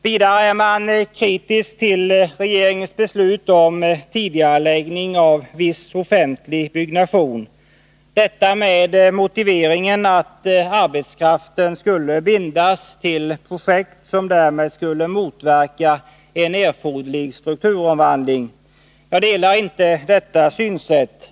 Vidare är man kritisk till regeringens beslut om tidigareläggning av viss offentlig byggnation. Motiveringen är att arbetskraften skulle bindas till projekt som därmed motverkade en erforderlig strukturomvandling. Jag delar inte detta synsätt.